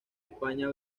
españa